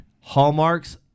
Hallmark's